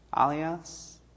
Alias